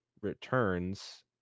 returns